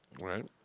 Right